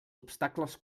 obstacles